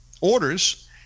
orders